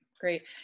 great